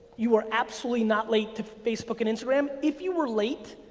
you are absolutely not late to facebook and instagram. if you were late,